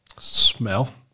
Smell